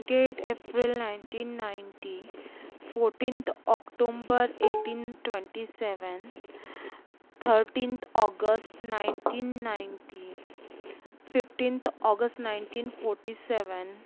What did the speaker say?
date April nineteen ninety fourteenth October eighteen twenty seven thirteenth August nineteen ninety fifteenth August nineteen forty seven